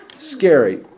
scary